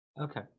Okay